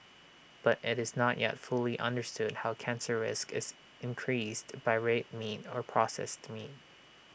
but IT is not yet fully understood how cancer risk is increased by red meat or processed meat